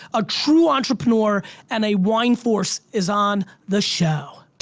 a true entrepreneur and a wine force is on the show.